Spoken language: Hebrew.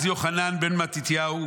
אז יוחנן בן מתתיהו